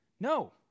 No